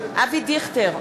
אבי דיכטר,